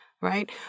right